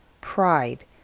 pride